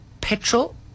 petrol